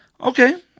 Okay